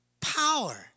power